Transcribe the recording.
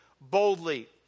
boldly